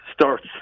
starts